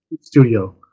studio